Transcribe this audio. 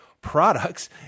products